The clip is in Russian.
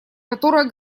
которая